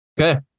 Okay